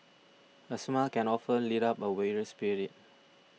a smile can often lift up a weary spirit